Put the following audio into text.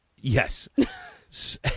Yes